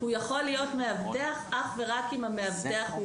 הוא יכול להיות מאבטח אך ורק אם המאבטח הוא